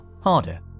harder